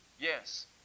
Yes